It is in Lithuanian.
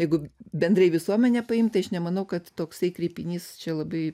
jeigu bendrai visuomenė paimta aš nemanau kad toksai kreipinys čia labai